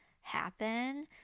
happen